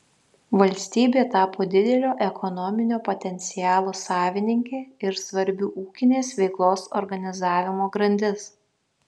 valstybė tapo didelio ekonominio potencialo savininkė ir svarbi ūkinės veiklos organizavimo grandis